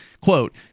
Quote